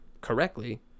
correctly